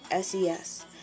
SES